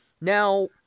now